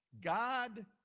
God